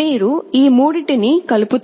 మీరు ఈ మూడింటినీ కలుపుతారు